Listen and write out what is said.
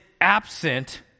absent